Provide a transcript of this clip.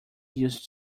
use